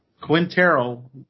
Quintero